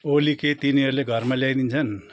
ओली के तिनीहरूले घरमा ल्याइदिन्छन्